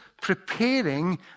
preparing